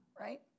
right